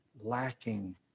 lacking